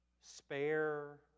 spare